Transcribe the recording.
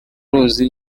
ruzi